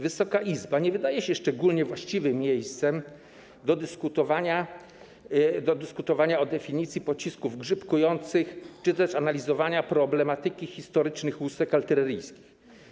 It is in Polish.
Wysoka Izba nie wydaje się szczególnie właściwym miejscem do dyskutowania o definicji pocisków grzybkujących czy też analizowania problematyki historycznych łusek artyleryjskich.